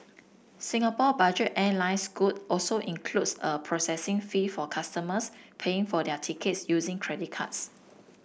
Singapore budget airline scoot also includes a processing fee for customers paying for their tickets using credit cards